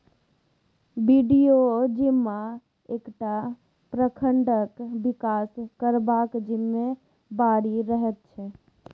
BDO जिम्मा एकटा प्रखंडक बिकास करबाक जिम्मेबारी रहैत छै